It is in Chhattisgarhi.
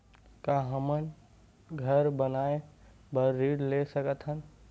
का हमन घर बनाए बार ऋण ले सकत हन?